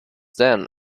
then